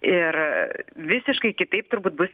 ir visiškai kitaip turbūt bus